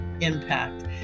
impact